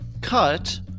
cut